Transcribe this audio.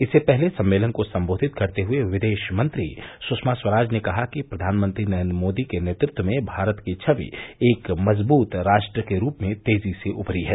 इससे पहले सम्मेलन को सम्बोधित करते हुए विदेश मंत्री सुषमा स्वराज ने कहा कि प्रधानमंत्री नरेन्द्र मोदी के नेतृत्व में भारत की छवि एक मजबूत राष्ट्र के रूप में तेजी से उपरी है